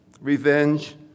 revenge